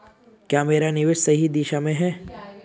क्या मेरा निवेश सही दिशा में है?